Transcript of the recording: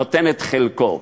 נותן את חלקו.